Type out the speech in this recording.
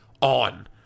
on